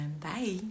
bye